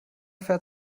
fährt